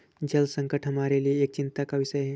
जल संकट हमारे लिए एक चिंता का विषय है